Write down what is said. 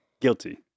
Guilty